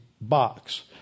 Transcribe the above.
box